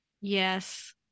Yes